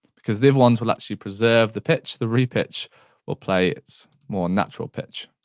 because these ones will actually preserve the pitch, the re-pitch will play it more natural pitch.